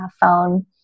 phone